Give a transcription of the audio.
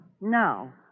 Now